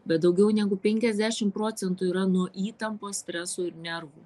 bet daugiau negu penkiasdešim procentų yra nuo įtampos streso ir nervų